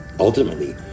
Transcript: Ultimately